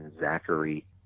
Zachary